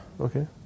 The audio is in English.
Okay